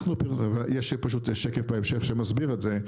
יש שקף בהמשך שמסביר את זה.